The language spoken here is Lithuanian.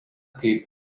kaip